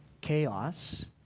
Chaos